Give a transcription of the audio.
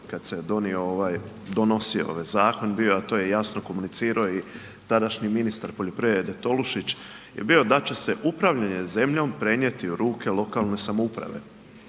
kada se donosio ovaj zakon bio, a to je jasno komunicirao i današnji ministar poljoprivrede Tolušić je bio da će se upravljanje zemljom prenijeti u ruke lokalne samouprave.